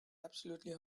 absolutely